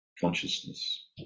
consciousness